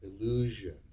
illusion